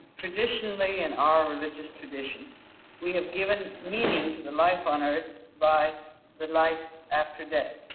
traditionally in our religious tradition we have given meaning to the life on earth by the life after death.